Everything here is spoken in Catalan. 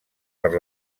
per